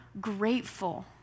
grateful